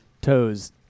toes